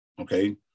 Okay